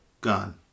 gone